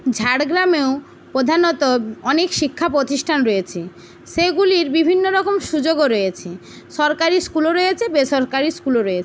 ঝাড়গ্রামেও প্রধানত অনেক শিক্ষাপ্রতিষ্ঠান রয়েছে সেগুলির বিভিন্ন রকম সুযোগও রয়েছে সরকারি স্কুলও রয়েছে বেসরকারি স্কুলও রয়েছে